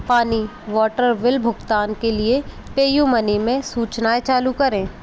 पानी water bill भुगतान के लिए पे यू मनी में सूचनाएँ चालू करें